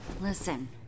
Listen